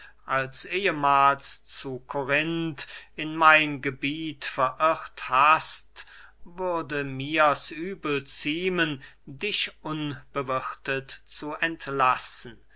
als ehmahls zu korinth in mein gebiet verirrt hast würde mirs übel ziemen dich unbewirthet zu entlassen